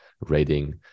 rating